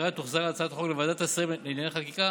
ואחריה תוחזר הצעת החוק לוועדת השרים לענייני חקיקה